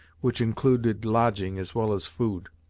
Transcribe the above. which included lodging as well as food.